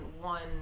one